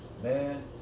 man